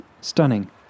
stunning